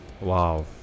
wow